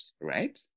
right